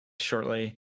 shortly